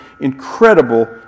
incredible